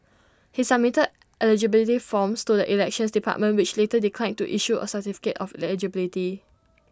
he submitted eligibility forms to the elections department which later declined to issue A certificate of eligibility